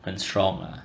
很 strong ah